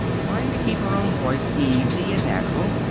trying to keep her own voice easy and natural.